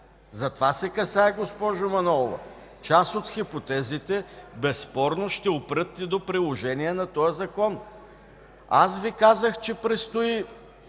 За това се касае, госпожо Манолова! Част от хипотезите безспорно ще опрат и до приложение на този Закон! Казах Ви, че предстои